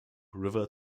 river